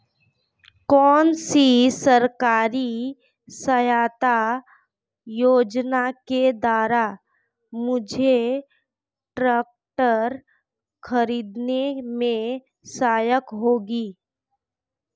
कौनसी सरकारी सहायता योजना के द्वारा मुझे ट्रैक्टर खरीदने में सहायक होगी?